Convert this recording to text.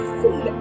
see